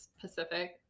Pacific